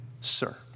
sir